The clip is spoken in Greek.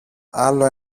άλλο